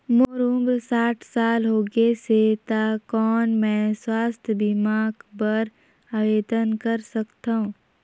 मोर उम्र साठ साल हो गे से त कौन मैं स्वास्थ बीमा बर आवेदन कर सकथव?